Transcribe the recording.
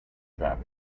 travels